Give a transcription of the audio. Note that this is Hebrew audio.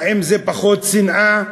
האם בשל פחות שנאה?